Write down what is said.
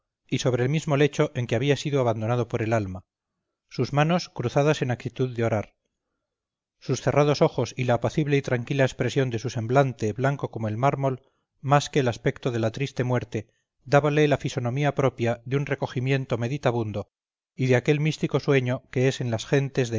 y sobre el mismo lecho en que había sido abandonado por el alma sus manos cruzadas en actitud de orar sus cerrados ojos y la apacible y tranquila expresión de su semblante blanco como el mármol más que el aspecto de la triste muerte dábanle la fisonomía propia de un recogimiento meditabundo y de aquel místico sueño que es en las gentes